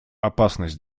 опасность